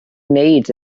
wneud